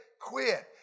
quit